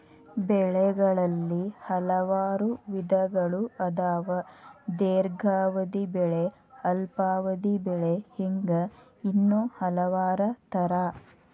ಬೆಳೆಗಳಲ್ಲಿ ಹಲವಾರು ವಿಧಗಳು ಅದಾವ ದೇರ್ಘಾವಧಿ ಬೆಳೆ ಅಲ್ಪಾವಧಿ ಬೆಳೆ ಹಿಂಗ ಇನ್ನೂ ಹಲವಾರ ತರಾ